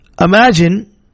Imagine